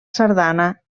sardana